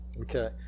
Okay